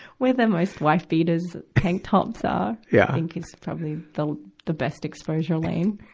where the most wife beaters, tank tops are, yeah think is probably the, the best exposure lane.